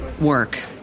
work